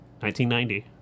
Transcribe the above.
1990